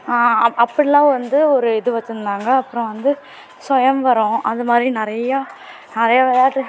அப் அப்படிலாம் வந்து ஒரு இது வச்சுருந்தாங்க அப்புறம் வந்து சுயம்வரம் அந்த மாதிரி நிறையா நிறையா விளாட்டு